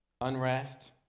unrest